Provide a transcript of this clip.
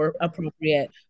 appropriate